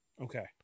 Okay